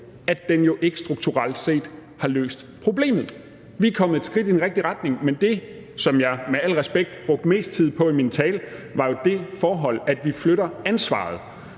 at den jo ikke strukturelt set har løst problemet. Vi er kommet et skridt i den rigtige retning, men det, som jeg – med al respekt – brugte mest tid på i min tale, var jo det forhold, at vi flytter ansvaret